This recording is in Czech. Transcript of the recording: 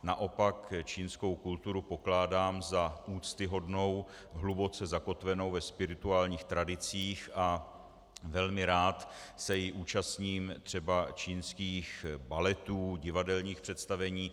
Naopak čínskou kulturu pokládám za úctyhodnou, hluboce zakotvenou ve spirituálních tradicích a velmi rád se i účastním třeba čínských baletů, divadelních představení.